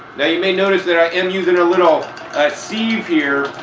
now you may notice that i am using a little sieve here.